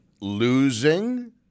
losing